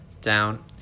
Down